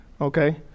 okay